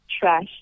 trash